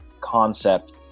concept